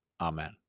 Amen